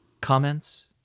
comments